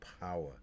power